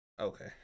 Okay